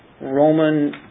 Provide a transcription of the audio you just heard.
Roman